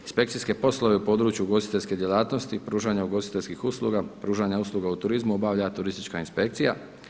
Inspekcijske poslove u području ugostiteljske djelatnosti i pružanja ugostiteljskih usluga, pružanja usluga u turizmu, obavlja turistička inspekcija.